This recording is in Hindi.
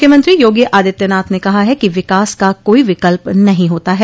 मुख्यमंत्री योगी आदित्यनाथ ने कहा है कि विकास का कोई विकल्प नहीं होता है